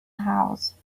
house